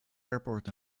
airport